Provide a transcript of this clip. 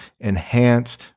enhance